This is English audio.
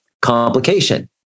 complication